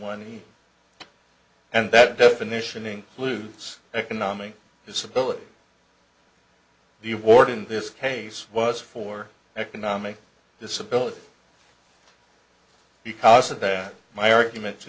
one and that definition includes economic disability the award in this case was for economic disability because of that my argument to